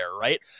right